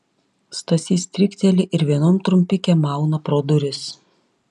stasys strikteli ir vienom trumpikėm mauna pro duris